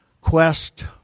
quest